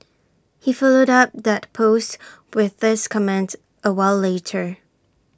he followed up that post with this comment A while later